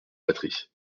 batterie